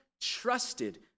trusted